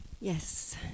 Yes